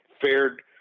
fared